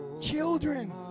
children